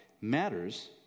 matters